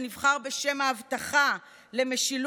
להעביר חוק שמשנה את המשטר